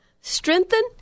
strengthen